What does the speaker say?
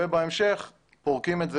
ובהמשך פורקים את זה